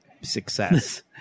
success